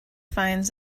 finds